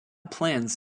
plans